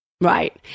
Right